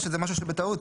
או שזה משהו שבטעות?